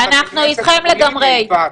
גם בתי כנסת יכולים, יפעת?